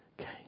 okay